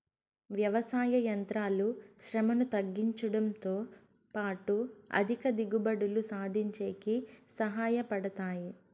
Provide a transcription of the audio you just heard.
వ్యవసాయ యంత్రాలు శ్రమను తగ్గించుడంతో పాటు అధిక దిగుబడులు సాధించేకి సహాయ పడతాయి